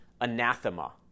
anathema